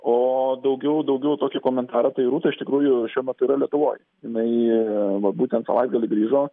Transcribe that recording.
o daugiau daugiau tokį komentarą tai rūta iš tikrųjų šiuo metu yra lietuvoj jinai va būtent savaitgalį grįžo